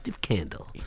candle